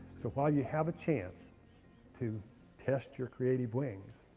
so while you have a chance to test your creative wings,